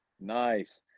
nice